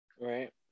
Right